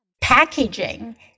packaging